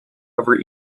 over